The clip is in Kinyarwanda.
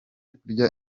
kurya